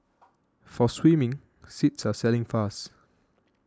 for swimming seats are selling fast